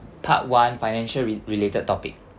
part one financial re~ related topic